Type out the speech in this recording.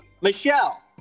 Michelle